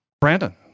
Brandon